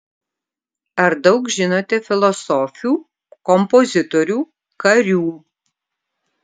ar daug žinote filosofių kompozitorių karių